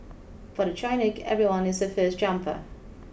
for the Chinook everyone is a first jumper